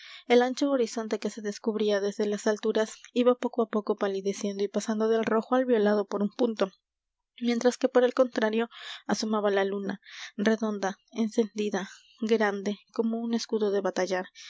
el ancho horizonte que se descubría desde las alturas iba poco á poco palideciendo y pasando del rojo al violado por un punto mientras por el contrario asomaba la luna redonda encendida grande como un escudo de batallar